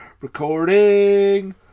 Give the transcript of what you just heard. recording